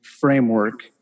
framework